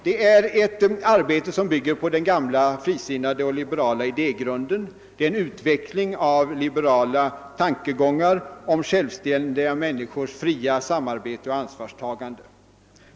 Det är ett arbete som bygger på den frisinnade och liberala idégrunden, en utveckling av gamla liberala tankegångar om självständiga människors fria samarbete och ansvarstaganden.